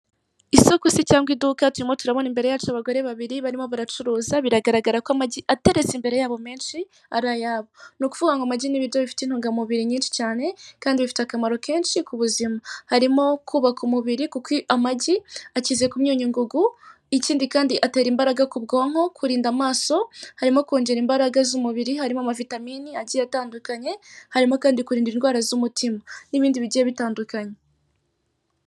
Uyu ni umudamu mwiza cyane, wambaye ipantaro ijya gusa ubururu, ndetse n'ishati irimo amabara agiye avangavanze. Umwitegereje neza urabona ko yishimye mumaso he, yambaye amadarubindi.